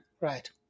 Right